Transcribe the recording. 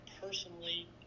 personally